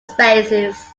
spaces